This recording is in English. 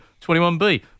21B